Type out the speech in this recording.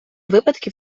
випадків